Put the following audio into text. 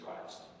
Christ